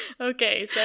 Okay